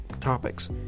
topics